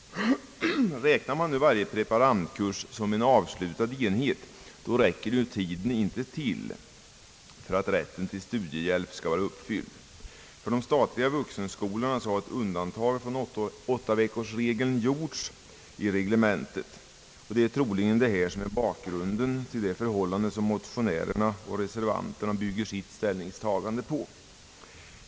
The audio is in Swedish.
Räknar man nu varje korrespondenskurs som en avslutad enhet, räcker inte tiden till för att villkoren för rätt till studiehjälp skall vara uppfyllda. Från de statliga vuxenskolorna har ett undantag från 8-veckorsregeln gjorts i reglementet. Det är troligen mot bakgrund av detta förhållande som motionärerna och reservanterna bygger sitt ställningstagande.